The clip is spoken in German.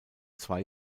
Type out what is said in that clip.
zwei